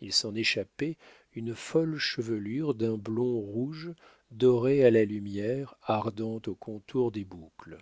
il s'en échappait une folle chevelure d'un blond rouge dorée à la lumière ardente au contour des boucles